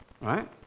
Right